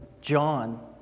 John